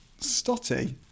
Stotty